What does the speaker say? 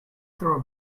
throw